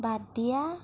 বাদ দিয়া